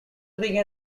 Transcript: began